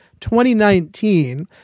2019